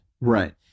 Right